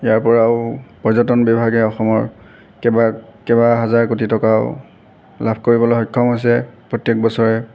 ইয়াৰ পৰাও পৰ্যটন বিভাগে অসমৰ কেইবা কেইবা হাজাৰ কোটি টকাও লাভ কৰিবলৈ সক্ষম হৈছে প্ৰত্যেক বছৰে